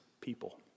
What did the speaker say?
people